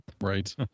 Right